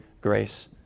grace